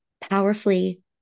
powerfully